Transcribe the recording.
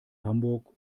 hamburg